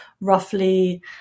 roughly